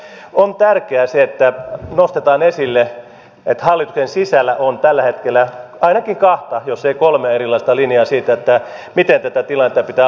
kyllä on tärkeää se että nostetaan esille että hallituksen sisällä on tällä hetkellä ainakin kahta jos ei kolmea erilaista linjaa siitä miten tätä tilannetta pitää hahmottaa